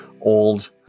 old